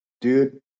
dude